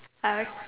hurry